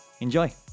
Enjoy